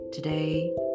Today